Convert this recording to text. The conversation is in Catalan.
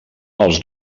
els